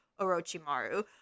Orochimaru